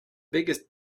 biggest